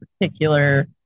particular